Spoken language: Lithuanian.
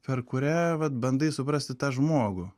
per kurią vat bandai suprasti tą žmogų